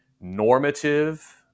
normative